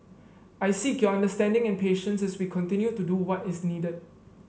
I seek your understanding and patience as we continue to do what is needed